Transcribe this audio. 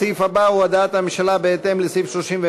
הסעיף הבא הוא הודעת הממשלה בהתאם לסעיף 31(ד)